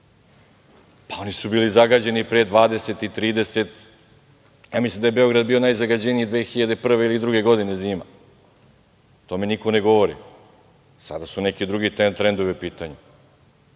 Pa oni su bili zagađeni i pre 20 i 30 godina. Mislim da je Beograd bio najzagađeniji 2001. ili 2002. godine, zima, o tome niko ne govori. Sada su neki drugi trendovi u pitanju.